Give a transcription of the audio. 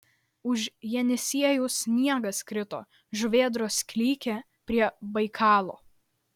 už jenisiejaus sniegas krito žuvėdros klykė prie baikalo